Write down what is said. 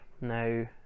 Now